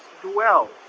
dwell